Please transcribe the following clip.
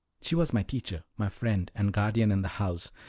she was my teacher, my friend and guardian in the house,